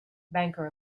banker